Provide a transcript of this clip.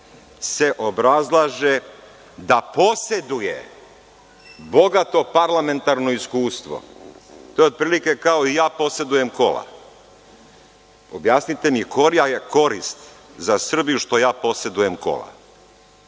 se obrazlaže da poseduje bogato parlamentarno iskustvo. To je otprilike kao – i ja posedujem kola. Objasnite mi - koja je korist za Srbiju što ja posedujem kola?